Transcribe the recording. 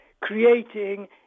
creating